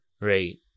Right